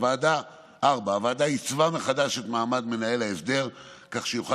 הוועדה עיצבה מחדש את מעמד מנהל ההסדר כך שיוכל